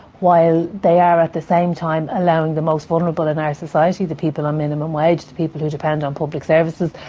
while they are at the same time allowing the most vulnerable in our society, the people on minimum wage, the people who depend on public services,